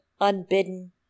unbidden